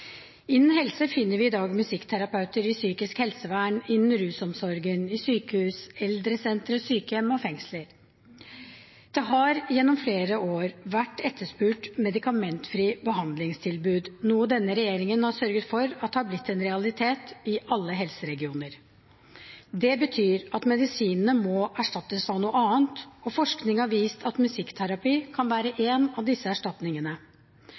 Innen helse finner vi i dag musikkterapeuter i psykisk helsevern, innen rusomsorgen, i sykehus, eldresentre, sykehjem og fengsler. Det har gjennom flere år vært etterspurt medikamentfrie behandlingstilbud, noe denne regjeringen har sørget for at har blitt en realitet, i alle helseregioner. Det betyr at medisinene må erstattes av noe annet, og forskning har vist at musikkterapi kan være en av disse erstatningene.